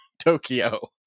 tokyo